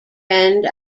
end